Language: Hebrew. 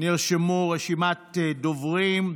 נרשמו דוברים.